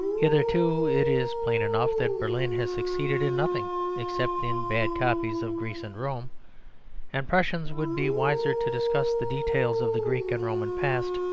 hitherto it is plain enough that berlin has succeeded in nothing except in bad copies of greece and rome and prussians would be wiser to discuss the details of the greek and roman past,